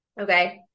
okay